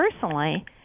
personally